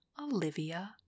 Olivia